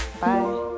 Bye